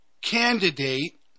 candidate